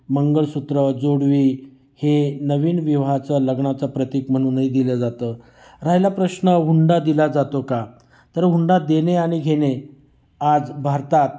मंगळसूत्र जोडवी हे नवीन विवाहाचं लग्नाचं प्रतीक म्हणूनही दिलं जातं राहिला प्रश्न हुंडा दिला जातो का तर हुंडा देणे आणि घेणे आज भारतात